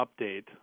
update